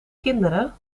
kinderen